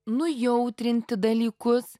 nujautrinti dalykus